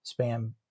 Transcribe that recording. spam